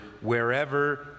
wherever